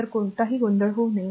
तर कोणताही गोंधळ होऊ नये